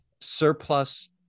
surplus